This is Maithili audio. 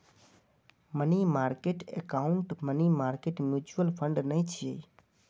money market account money market mutual fund नै छियै